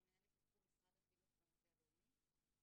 אני מנהלת את תחום משרד החינוך במטה הלאומי.